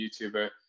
youtuber